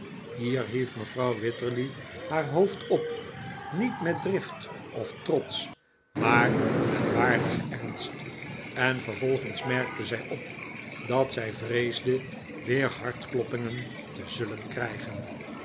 hier hief mevrouw wititterly haar hoofd op niet met drift of trots maar met waardigen ernst en vervolgens merkte zij op dat zij vreesde weer hartkloppingen te zullen krijgen